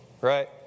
right